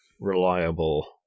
reliable